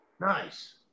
Nice